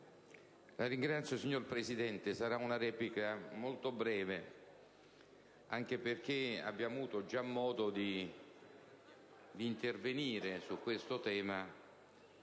*relatore*. Signor Presidente, la mia sarà una replica molto breve, anche perché abbiamo avuto già modo di intervenire su questo tema